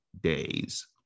days